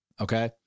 Okay